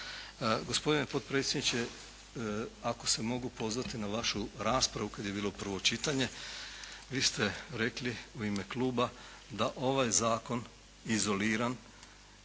Gospodine potpredsjedniče ako se mogu pozvati na vašu raspravu kada je bilo prvo čitanje, vi ste rekli u ime kluba da ovaj zakon izoliram